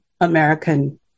American